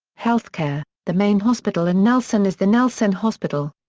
healthcare the main hospital in nelson is the nelson hospital.